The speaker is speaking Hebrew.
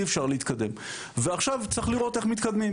כי בלי מיפוי,